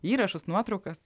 įrašus nuotraukas